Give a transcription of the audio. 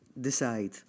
decide